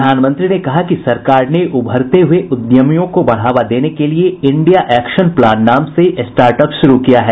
प्रधानमंत्री ने कहा कि सरकार ने उभरते हुए उद्यमियों को बढ़ावा देने के लिये इंडिया एक्शन प्लान नाम से स्टार्ट अप शुरू किया है